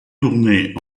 tourner